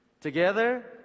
together